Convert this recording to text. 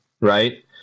right